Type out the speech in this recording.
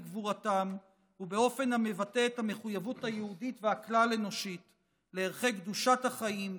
גבורתם ובאופן המבטא את המחויבות היהודית והכלל-אנושית לערכי קדושת החיים,